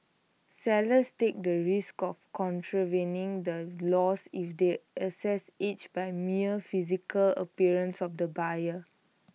sellers take the risk of contravening the laws if they assess age by mere physical appearance of the buyer